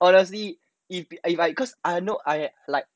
honestly if I if I because I know I like